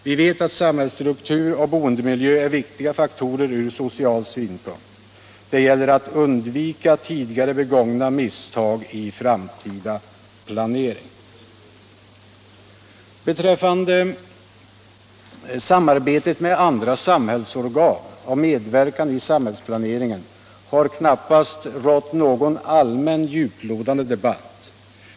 Vi vet att samhällsstruktur och boendemiljö är viktiga faktorer ur social synpunkt. Det gäller att undvika tidigare begångna misstag i framtida planering. Beträffande samarbetet med andra samhällsorgan och medverkan i samhällsplaneringen har det knappast förts någon ailmän djuplodande debatt.